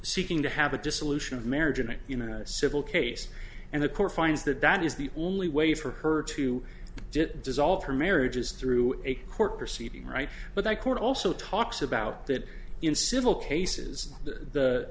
seeking to have a dissolution of marriage in a civil case and the court finds that that is the only way for her to dissolve her marriage is through a court proceeding right but that court also talks about that in civil cases th